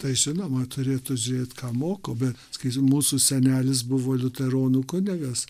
tai žinoma turėtų žiūrėt ką moko bet sakysim mūsų senelis buvo liuteronų kunigas